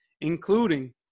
including